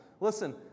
Listen